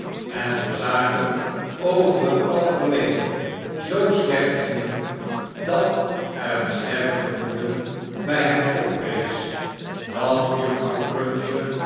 waren ende zaken over het algemeen zoo slecht gingen dat er e'en sterk vermoeden b hem oprees dat juffrouw cruncher